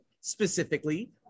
specifically